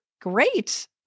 Great